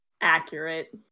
Accurate